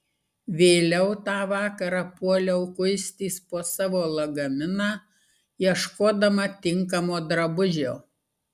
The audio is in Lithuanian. vėliau tą vakarą puoliau kuistis po savo lagaminą ieškodama tinkamo drabužio